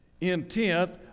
intent